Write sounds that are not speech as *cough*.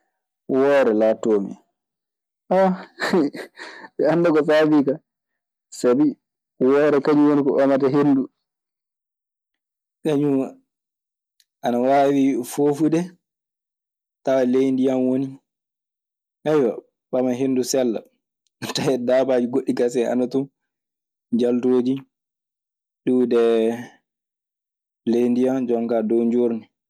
Woore laatotoo mi. *hesitation* *laughs* mi anndaa ko saabii kaa sabi woore kañun woni ko ɓamata henndu. *hesitation* na waawi foofude tawa ley ndiyan woni. *hesitation* ɓama henndu sella. Tawee daabaaji goɗɗi kasen ana ton jaltooji iwde ley ndiyan, jon kaa, dow njoorndi. Kaa, woore nii ɓuri. Banngal liɗɗi kaa, hono woore walaa hen.